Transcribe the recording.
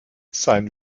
sein